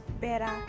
better